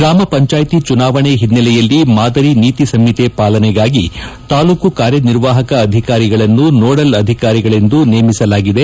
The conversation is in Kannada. ಗ್ರಾಮಪಂಚಾಯುತಿ ಚುನಾವಣೆ ಹಿನ್ನೆಲೆಯಲ್ಲಿ ಮಾದರಿ ನೀತಿ ಸಂಹಿತೆ ಪಾಲನೆಗಾಗಿ ತಾಲೂಕು ಕಾರ್ಯನಿರ್ವಾಹಕ ಅಧಿಕಾರಿಗಳನ್ನು ನೋಡಲ್ ಅಧಿಕಾರಿಗಳೆಂದು ನೇಮಿಸಲಾಗಿದೆ